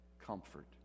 comfort